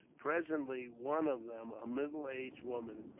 presently one of them, a middle-aged woman,